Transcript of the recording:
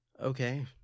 Okay